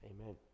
Amen